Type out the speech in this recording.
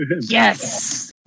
Yes